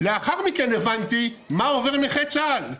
לאחר מכן הבנתי מה עובר נכה צה"ל,